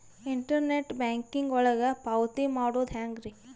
Internet banking ಒಳಗ ಪಾವತಿ ಮಾಡೋದು ಹೆಂಗ್ರಿ?